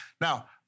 Now